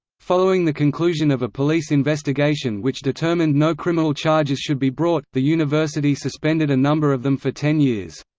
following the conclusion of a police investigation which determined no criminal charges should be brought, the university suspended a number of them for ten years.